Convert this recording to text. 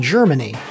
Germany